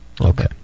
Okay